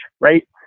right